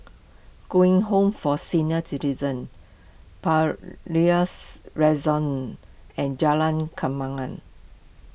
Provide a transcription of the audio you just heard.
Eng Home for Senior Citizens Palais and Jalan Kembangan